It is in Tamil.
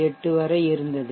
8 வரை இருந்தது